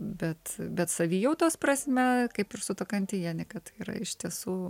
bet bet savijautos prasme kaip ir su ta kantienika tai yra iš tiesų